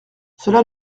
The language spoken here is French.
cela